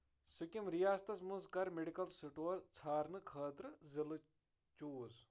سِکِم ریاستس منٛز کر میڈکل سٹور ژھانڈنہٕ خٲطرٕ ضلعہٕ چوٗز